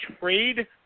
trade